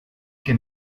que